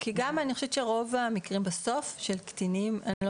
כי גם אני חושבת שרוב המקרים בסוף של קטינים אני לא